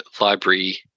library